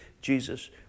Jesus